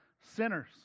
sinners